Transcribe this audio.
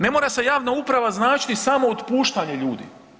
Ne mora se javna uprava značiti samo otpuštanje ljudi.